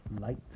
light